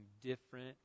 different